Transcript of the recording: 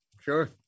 sure